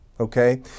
Okay